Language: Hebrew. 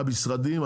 המשרדים,